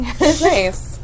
nice